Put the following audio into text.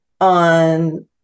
on